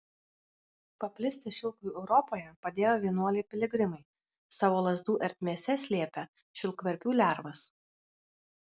paplisti šilkui europoje padėjo vienuoliai piligrimai savo lazdų ertmėse slėpę šilkverpių lervas